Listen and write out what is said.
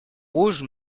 rouge